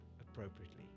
appropriately